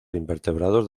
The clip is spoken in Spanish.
invertebrados